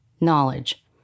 knowledge